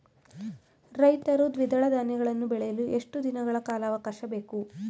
ರೈತರು ದ್ವಿದಳ ಧಾನ್ಯಗಳನ್ನು ಬೆಳೆಯಲು ಎಷ್ಟು ದಿನಗಳ ಕಾಲಾವಾಕಾಶ ಬೇಕು?